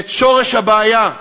את שורש הבעיה: